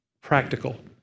Practical